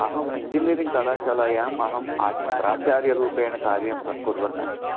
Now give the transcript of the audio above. अहं इञ्जिनियरिङ्ग् कलाशालायाम् अहम् आच् प्राचार्यरूपेण कार्यं क कुर्वन्नस्मि